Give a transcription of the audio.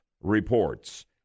reports